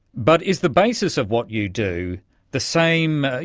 but is the basis of what you do the same,